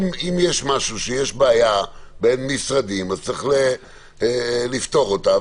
אם יש משהו שיש בעיה בין משרדים אז צריך לפתור אותה,